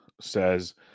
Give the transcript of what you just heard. says